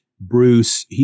Bruce